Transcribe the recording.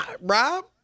Rob